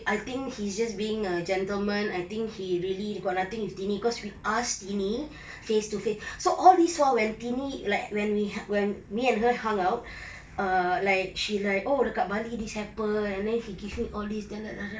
I think he's just being a gentleman I think he really got nothing with tini cause we asked tini face to face so all these while when tini like when we when me and her hung out ah like she like oh dekat bali this happened and then he give me all these